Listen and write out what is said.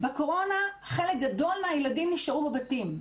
בקורונה חלק גדול מהילדים נשארו בבתים.